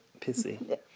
pissy